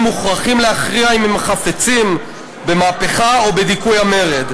מוכרחים להכריע אם הם חפצים במהפכה או בדיכוי המרד,